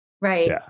right